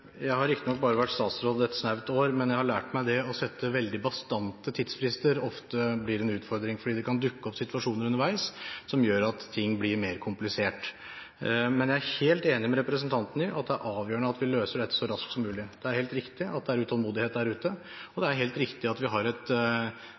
Jeg har riktignok bare vært statsråd et snaut år, men jeg har lært meg at å sette veldig bastante tidsfrister ofte blir en utfordring fordi det kan dukke opp situasjoner underveis som gjør at ting blir mer komplisert. Men jeg er helt enig med representanten i at det er avgjørende at vi løser dette så raskt som mulig. Det er helt riktig at det er utålmodighet der ute, og det